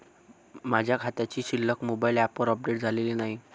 माझ्या खात्याची शिल्लक मोबाइल ॲपवर अपडेट झालेली नाही